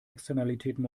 externalitäten